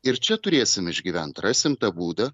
ir čia turėsim išgyventi rasime tą būdą